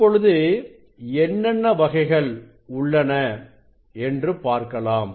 இப்பொழுது என்னென்ன வகைகள் உள்ளன என்று பார்க்கலாம்